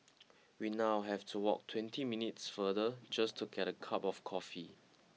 we now have to walk twenty minutes farther just to get a cup of coffee